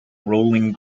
rolling